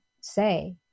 say